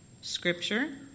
Scripture